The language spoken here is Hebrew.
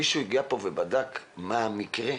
מישהו בדק מה המקרה?